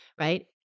right